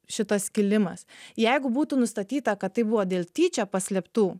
šitas skilimas jeigu būtų nustatyta kad tai buvo dėl tyčia paslėptų